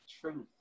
truth